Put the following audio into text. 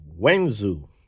wenzhou